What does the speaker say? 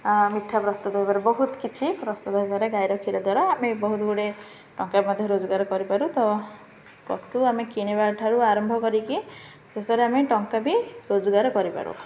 ମିଠା ପ୍ରସ୍ତୁତ ହେଇପାରେ ବହୁତ କିଛି ପ୍ରସ୍ତୁତ ହେଇପାରେ ଗାଈର କ୍ଷୀର ଦ୍ୱାରା ଆମେ ବହୁତ ଗୁଡ଼ିଏ ଟଙ୍କା ମଧ୍ୟ ରୋଜଗାର କରିପାରୁ ତ ପଶୁ ଆମେ କିଣିବା ଠାରୁ ଆରମ୍ଭ କରିକି ଶେଷରେ ଆମେ ଟଙ୍କା ବି ରୋଜଗାର କରିପାରୁ